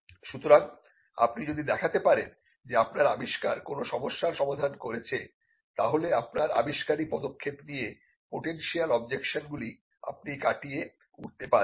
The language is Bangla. সুতরাং আপনি যদি দেখাতে পারেন যে আপনার আবিষ্কার কোন সমস্যার সমাধান করেছে তাহলে আপনার আবিষ্কারী পদক্ষেপ নিয়ে পোটেনশিয়াল অবজেকশন গুলো আপনি কাটিয়ে উঠতে পারবেন